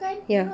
ya